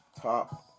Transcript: top